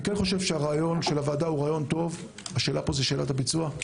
אני חושב שהרעיון של הוועדה הוא טוב אבל השאלה היא של הביצוע.